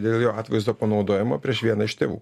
dėl jo atvaizdo panaudojimo prieš vieną iš tėvų